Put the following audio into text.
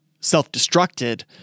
self-destructed